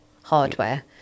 hardware